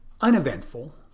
uneventful